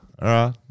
right